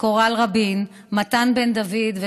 קורל רבין,